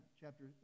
chapter